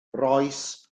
rois